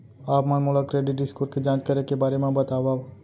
आप मन मोला क्रेडिट स्कोर के जाँच करे के बारे म बतावव?